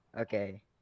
Okay